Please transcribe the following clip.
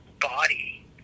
body